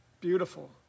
Beautiful